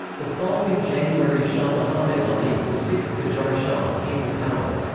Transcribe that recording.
the following january shah muhammad ali, the sixth qajar shah, came to power.